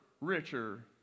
richer